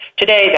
today